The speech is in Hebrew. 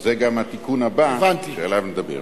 זה גם התיקון הבא שעליו נדבר.